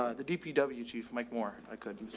ah the dpw chief mike moore, i could